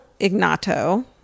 Ignato